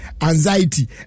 anxiety